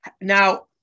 Now